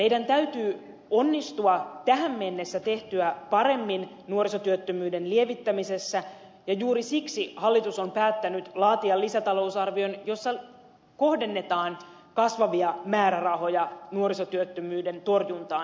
meidän täytyy onnistua tähän mennessä tehtyä paremmin nuorisotyöttömyyden lievittämisessä ja juuri siksi hallitus on päättänyt laatia lisätalousarvion jossa kohdennetaan kasvavia määrärahoja nuorisotyöttömyyden torjuntaan